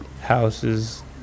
houses